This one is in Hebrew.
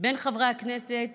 בין חברי הכנסת